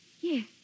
yes